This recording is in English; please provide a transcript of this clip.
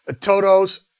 Toto's